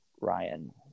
Ryan